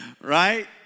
right